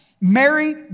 Mary